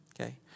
okay